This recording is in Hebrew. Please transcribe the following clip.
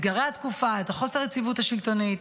את חוסר היציבות השלטונית